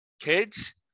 kids